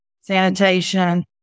sanitation